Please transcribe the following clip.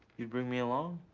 you'd bring me along?